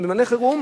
זמני חירום,